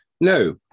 no